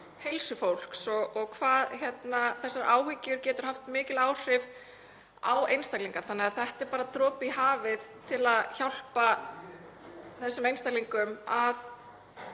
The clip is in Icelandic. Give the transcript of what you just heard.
heilsu fólks og hvað þessar áhyggjur geta haft mikil áhrif á einstaklinga. Þannig að þetta er bara dropi í hafið til að hjálpa þessum einstaklingum að